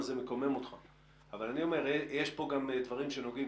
זה מקומם אותך אבל אני א ומר שיש כאן גם דברים שנוגעים,